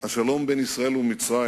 השלום בין ישראל למצרים